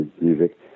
music